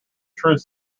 truth